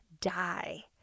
die